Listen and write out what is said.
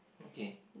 okay